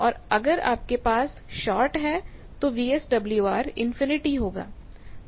और अगर आपके पास शार्ट है तो वीएसडब्ल्यूआर इनफिनिटी होगा